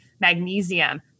magnesium